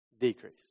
decrease